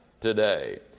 today